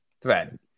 thread